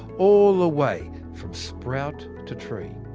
all the way from sprout to tree.